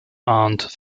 arndt